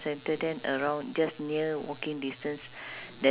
ah ya lor that one is like fine dining eh